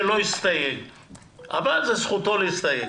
שלא יסתייג אבל זאת זכותו להסתייג,